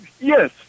yes